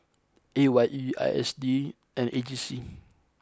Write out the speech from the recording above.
A Y E I S D and A G C